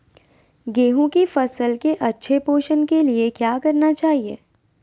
गेंहू की फसल के अच्छे पोषण के लिए क्या करना चाहिए?